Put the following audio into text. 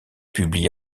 publié